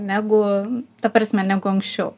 negu ta prasme negu anksčiau